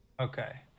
Okay